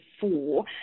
four